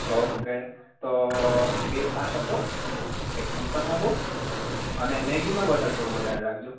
okay તો બે છાશ આપો એક થમ્પસઅપ આપો અને મેગીમાં બટર થોડું વધારે રાખજો